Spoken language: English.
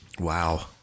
Wow